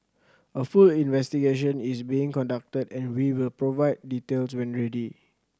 a full investigation is being conducted and we will provide details when ready